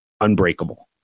Unbreakable